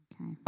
Okay